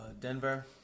Denver